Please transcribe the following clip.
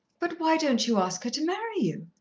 but why don't you ask her to marry you?